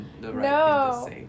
no